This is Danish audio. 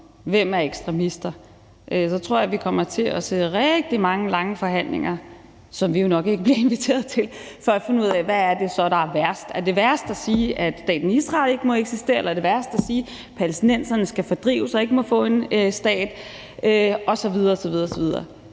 der er ekstremister, og jeg tror, vi kommer til at se rigtig mange lange forhandlinger, som vi jo nok ikke bliver inviteret til, for at finde ud af, hvad det så er, der er værst, altså om det er værst at sige, at staten Israel ikke må eksistere, eller om det er værst at sige, at palæstinenserne skal fordrives, og at de ikke må få en stat osv. osv. Jeg synes